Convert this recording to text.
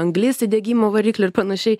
anglies įdegimo variklį ir panašiai